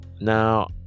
Now